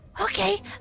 Okay